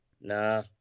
Nah